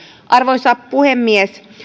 arvoisa puhemies